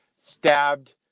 stabbed